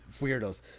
Weirdos